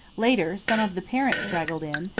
later some of the parents straggled in,